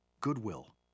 Goodwill